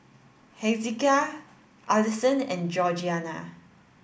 Hezekiah Alyson and Georgianna